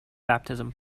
baptism